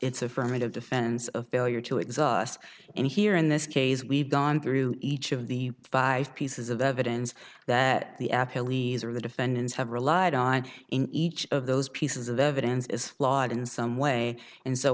its affirmative defense of failure to exhaust and here in this case we've gone through each of the five pieces of evidence that the at healy's or the defendants have relied on in each of those pieces of evidence is flawed in some way and so